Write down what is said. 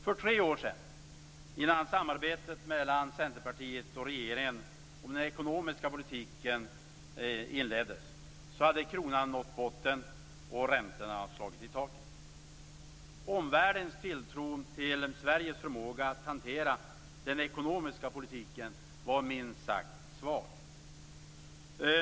För tre år sedan, innan samarbetet mellan Centerpartiet och regeringen om den ekonomiska politiken inleddes, hade kronan nått botten och räntorna slagit i taket. Omvärldens tilltro till Sveriges förmåga att hantera den ekonomiska politiken var minst sagt svag.